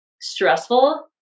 stressful